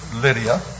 Lydia